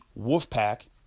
Wolfpack